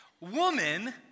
Woman